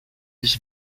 his